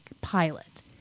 Pilot